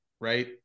right